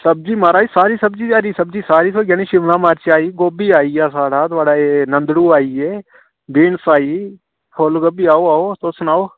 सब्जी महाराज सारी सब्जी हरी सब्जी सारी थ्होई जानी शिमला मर्च आई गोभी आई गेआ साढ़ा एह् नन्दड़ू आई गे बीन्स आई गेई फुलगोभी आहो आहो तुस सनाओ